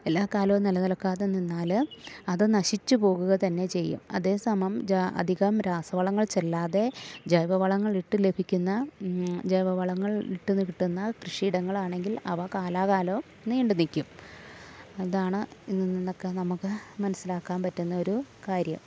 എല്ലാ കാലവും നിലനിൽക്കാതെ നിന്നാൽ അതു നശിച്ചു പോകുക തന്നെ ചെയ്യും അതേ സമയം അധികം രാസവളങ്ങൾ ചെല്ലാതെ ജൈവ വളങ്ങൾ ഇട്ട് ലഭിക്കുന്ന ജൈവ വളങ്ങൾ ഇട്ടു കിട്ടുന്ന കൃഷിയിടങ്ങളാണെങ്കിൽ അവ കാലാകാലവും നീണ്ട് നിൽക്കും അതാണ് ഇന്നൊക്കെ നമുക്ക് മനസ്സിലാക്കാൻ പറ്റുന്ന ഒരു കാര്യം